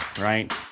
right